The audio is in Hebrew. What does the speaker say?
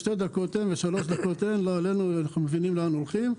שתי דקות אין ושלוש דקות אין לא עלינו אנחנו מבינים לאן הולכים.